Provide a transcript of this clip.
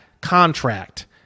contract